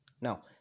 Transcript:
Now